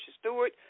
stewart